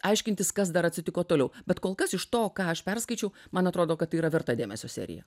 aiškintis kas dar atsitiko toliau bet kol kas iš to ką aš perskaičiau man atrodo kad tai yra verta dėmesio serija